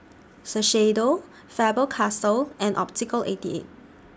Shiseido Faber Castell and Optical eighty eight